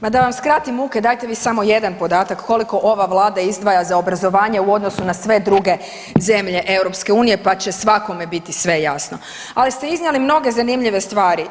Ma da vam skratim muke, dajte mi samo jedan podatak koliko ova Vlada izdvaja za obrazovanje u odnosu na sve druge zemlje EU pa će svakome biti sve jasno, ali ste iznijeli mnoge zanimljive stvari.